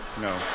no